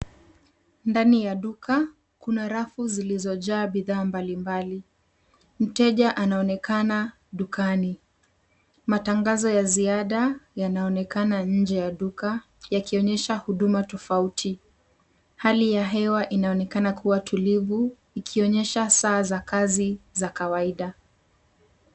Ndani ya duka kuna rafu zilizojaa bidhaa mbali mbali, mteja anaonekana dukani. Matangazo ya ziada yanaonekana nje ya duka yakionyesha huduma tofauti, hali ya hewa inaonekana kuwa tulivu ikionyesha saa za kazi za kawaida.